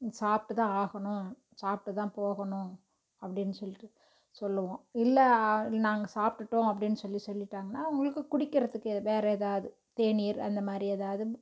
சாப்பிட்டு தான் ஆகணும் சாப்பிட்டு தான் போகணும் அப்படின்னு சொல்லிட்டு சொல்லுவோம் இல்லை நாங்கள் சாப்பிட்டுட்டோம் அப்படின்னு சொல்லி சொல்லிட்டாங்கனால் அவங்களுக்கு குடிக்கிறதுக்கு வேறு எதாவது தேநீர் அந்த மாதிரி எதாவது